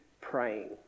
praying